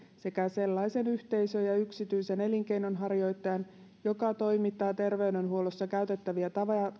sekä sellaisen yhteisön ja yksityisen elinkeinonharjoittajan joka toimittaa terveydenhuollossa käytettäviä